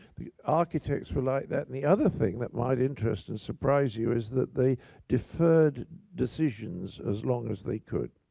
the architects were like that. and the other thing that might interest and surprise you is that they deferred decisions as long as they could.